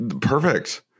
Perfect